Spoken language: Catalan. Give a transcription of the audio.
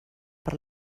per